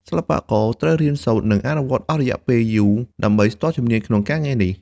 សិល្បករត្រូវរៀនសូត្រ និងអនុវត្តអស់រយៈពេលយូរដើម្បីស្ទាត់ជំនាញក្នុងការងារនេះ។